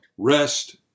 rest